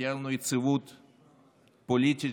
ותהיה לנו יציבות פוליטית,